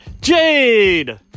Jade